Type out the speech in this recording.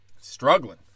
Struggling